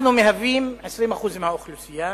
אנחנו מהווים 20% מהאוכלוסייה,